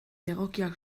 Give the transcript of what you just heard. egokiak